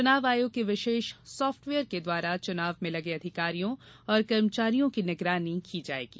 चुनाव आयोग के विशेष साफ्टवेयर के द्वारा चुनाव में लगे अधिकारियों एवं कर्मचारियों की निगरानी की जायेगी